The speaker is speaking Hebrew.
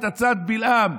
הצעת בלעם,